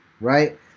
right